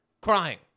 crying